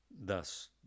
Thus